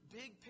big